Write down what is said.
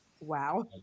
Wow